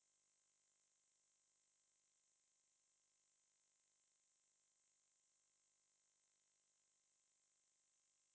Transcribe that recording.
!wah!